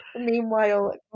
meanwhile